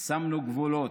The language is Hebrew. שמנו גבולות.